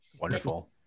wonderful